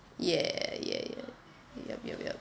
ya ya ya yup yup yup